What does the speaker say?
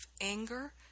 anger